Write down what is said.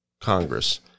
Congress